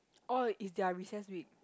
all is their recess week